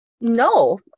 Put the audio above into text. No